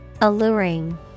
ALLURING